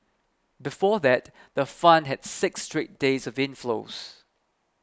before that the fund had six straight days of inflows